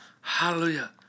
Hallelujah